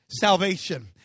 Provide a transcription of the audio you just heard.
salvation